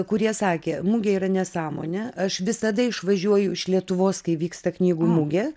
kurie sakė mugė yra nesąmonė aš visada išvažiuoju iš lietuvos kai vyksta knygų mugė